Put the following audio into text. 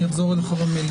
הישיבה ננעלה בשעה 13:00.